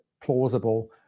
plausible